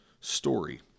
story